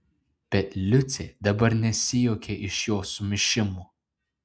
bet liucė dabar nesijuokė iš jo sumišimo